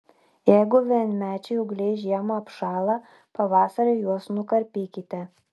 jeigu vienmečiai ūgliai žiemą apšąla pavasarį juos nukarpykite